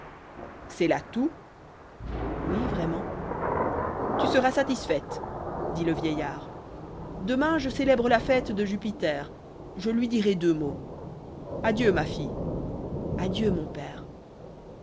ïs cest là tout oui vraiment tuseras satisfaite bit le vieillard demain je célèbre la fêtede jupiter je lui dirai deux mots adieu ma fille adieu mon pbra